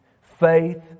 Faith